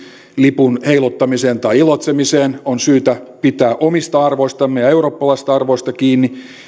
lipun heiluttamiseen tai iloitsemiseen on syytä pitää kiinni omista arvoistamme ja ja eurooppalaisista arvoista